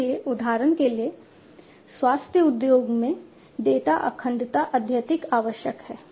इसलिए उदाहरण के लिए स्वास्थ्य उद्योग में डेटा अखंडता अत्यधिक आवश्यक है